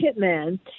Hitman